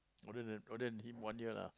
older than older than him one year lah